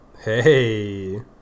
Hey